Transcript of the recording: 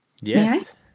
Yes